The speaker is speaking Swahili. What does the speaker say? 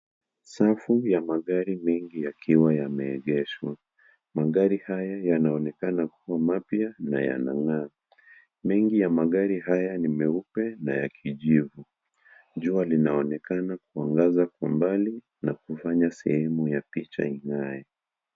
Safu ya magari mengi yakiwa yameegeshwa, magari haya yanaonekana kuwa mapya na yanangaamagari. Mengi ya magari haya n meupe na ya kijivu, jua linaonekana kuangaza kutoka mbali nakufanya sehemu ya picha ing'ae.